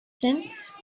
since